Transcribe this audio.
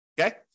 okay